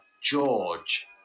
George